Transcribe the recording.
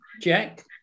Jack